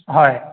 হয়